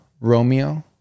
romeo